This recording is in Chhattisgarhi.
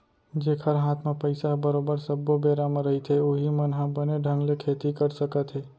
जेखर हात म पइसा ह बरोबर सब्बो बेरा म रहिथे उहीं मन ह बने ढंग ले खेती कर सकत हे